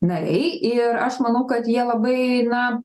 nariai ir aš manau kad jie labai na